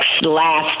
last